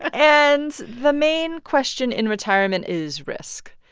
and the main question in retirement is risk.